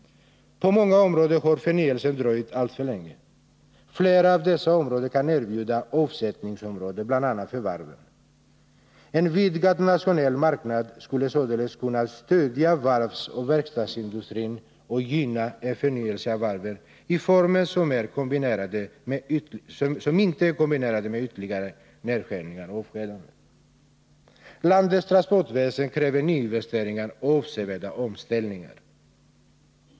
På många områden har förnyelsen dröjt alltför länge. Flera av dessa kan erbjuda avsättningsområden bl.a. för varven. En vidgad nationell marknad skulle således kunna stödja varvsoch verkstadsindustrin och gynna en förnyelse av varven i former som inte är kombinerade med ytterligare nedskärningar och avskedanden. Landets transportväsen kräver nyinvesteringar och avsevärda omställningar.